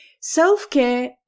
Self-care